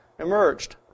emerged